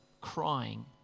crying